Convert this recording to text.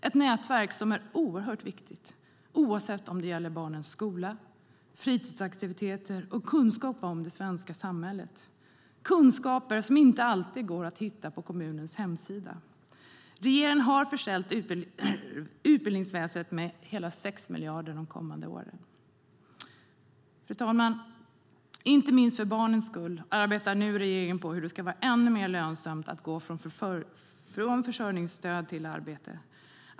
Ett nätverk är oerhört viktigt oavsett om det gäller barnens skola, fritidsaktiviteter eller kunskap om det svenska samhället. Det ger kunskaper som inte alltid går att hitta på kommunens hemsida. Regeringen har försett utbildningsväsendet med hela 6 miljarder de kommande åren. Fru talman! Inte minst för barnens skull arbetar nu regeringen för att det ska bli ännu mer lönsamt att gå från försörjningsstöd till arbete.